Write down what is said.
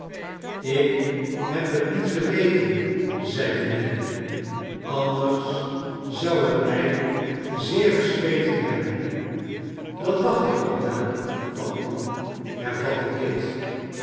ik heb het niet geweten zeide nelly anders zou het mij zeer gespeten hebben dat dacht ik ook wel van u hervatte kit